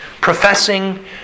professing